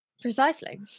Precisely